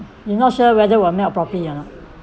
you not sure whether will melt properly or not